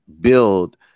build